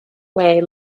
way